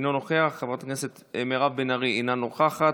אינו נוכח, חברת הכנסת מירב בן ארי, אינה נוכחת,